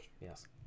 Yes